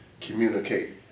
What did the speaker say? communicate